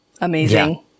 Amazing